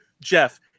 Jeff